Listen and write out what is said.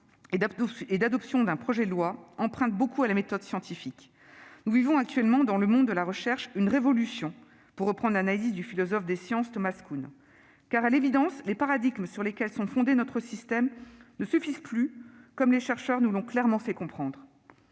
et d'adoption d'un projet de loi emprunte beaucoup à la méthode scientifique. Le monde de la recherche vit actuellement une « révolution », pour reprendre l'analyse du philosophe des sciences Thomas Kuhn : à l'évidence, les paradigmes sur lesquels sont fondés notre système ne suffisent plus ; les chercheurs nous l'ont clairement fait comprendre.